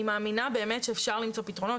אני באמת מאמינה שאפשר למצוא פתרונות,